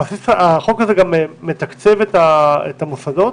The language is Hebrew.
החוק הזה גם מתקצב את המוסדות?